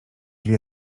wie